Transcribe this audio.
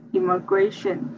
Immigration